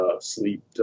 sleep